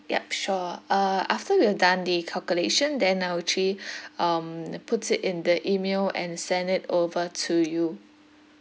yup sure uh after we have done the calculation then I will actually um puts it in the email and send it over to you